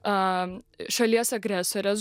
a šalies agresorės